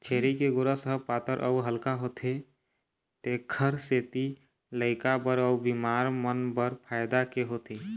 छेरी के गोरस ह पातर अउ हल्का होथे तेखर सेती लइका बर अउ बिमार मन बर फायदा के होथे